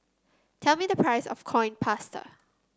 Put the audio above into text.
tell me the price of Coin Past